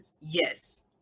Yes